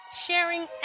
sharing